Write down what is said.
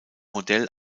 modell